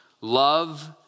love